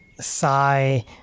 sigh